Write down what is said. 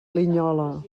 linyola